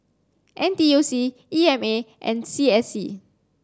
N T U C E M A and C S C